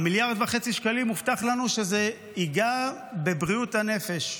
הובטח לנו שמיליארד וחצי השקלים ייגעו בבריאות הנפש.